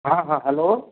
हाँ हाँ हलो